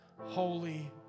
holy